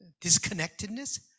disconnectedness